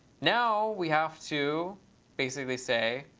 now we have to basically say,